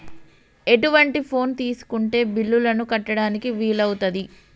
ఎటువంటి ఫోన్ తీసుకుంటే బిల్లులను కట్టడానికి వీలవుతది?